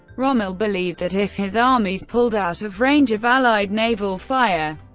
rommel believed that if his armies pulled out of range of allied naval fire,